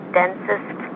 densest